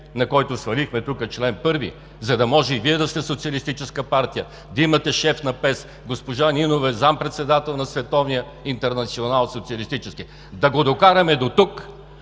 на който свалихме тук член първи, за да може и Вие да сте социалистическа партия, да имате шеф на ПЕС, госпожа Нинова е заместник-председател на Световния социалистически